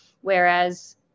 Whereas